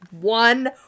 one